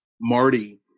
Marty